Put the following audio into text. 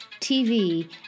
TV